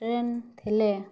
train ଥିଲେ